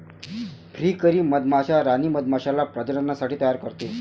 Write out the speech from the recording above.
फ्रीकरी मधमाश्या राणी मधमाश्याला प्रजननासाठी तयार करते